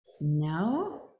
No